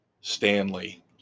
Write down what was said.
Stanley